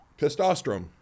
testosterone